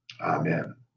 Amen